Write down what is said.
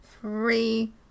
three